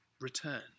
return